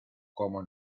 como